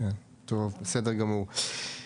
בסדר גמור.